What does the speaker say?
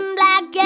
black